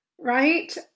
Right